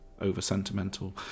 over-sentimental